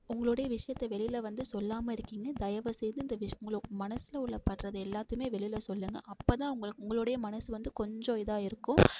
உங்களுடைய விஷயத்த வெளியில் வந்து சொல்லாமல் இருக்கீங்க தயவு செய்து இந்த விஷயங்களோ மனசில் உள்ள படுறத எல்லாத்தையுமே வெளியில் சொல்லுங்கள் அப்போதான் உங்களுக்கு உங்களுடைய மனது வந்து கொஞ்சம் இதாக இருக்கும்